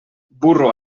burro